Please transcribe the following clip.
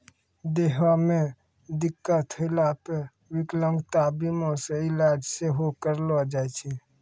देहो मे दिक्कत होला पे विकलांगता बीमा से इलाज सेहो करैलो जाय छै